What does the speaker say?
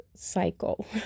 cycle